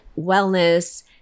wellness